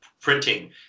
printing